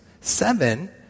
Seven